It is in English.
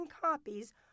copies